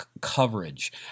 coverage